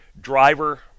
driver